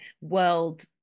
world